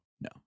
no